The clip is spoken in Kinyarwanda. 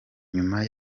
nyuma